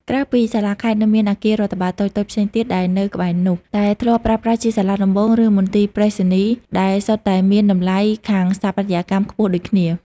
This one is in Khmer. ក្រៅពីសាលាខេត្ត នៅមានអគាររដ្ឋបាលតូចៗផ្សេងទៀតដែលនៅក្បែរនោះ ដែលធ្លាប់ប្រើប្រាស់ជាសាលាដំបូង ឬមន្ទីរប្រៃសណីយ៍ ដែលសុទ្ធតែមានតម្លៃខាងស្ថាបត្យកម្មខ្ពស់ដូចគ្នា។